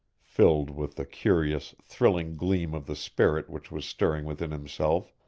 filled with the curious, thrilling gleam of the spirit which was stirring within himself.